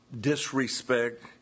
disrespect